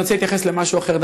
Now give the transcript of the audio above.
אבל אני רוצה להתייחס למשהו אחר,